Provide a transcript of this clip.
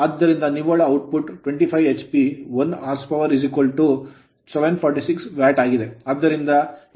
ಆದ್ದರಿಂದ ನಿವ್ವಳ output 25 hp 1 horsepower ಅಶ್ವಶಕ್ತಿ 746 ವ್ಯಾಟ್ ಆಗಿದೆ